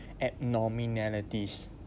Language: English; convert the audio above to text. abnormalities